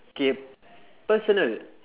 K personal